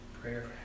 Prayer